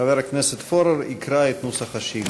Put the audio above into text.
חבר הכנסת פורר יקרא את נוסח השאילתה.